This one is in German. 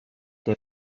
der